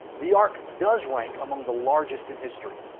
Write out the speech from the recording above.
the ark does rank among the largest in history.